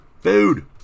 Food